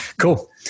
cool